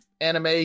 anime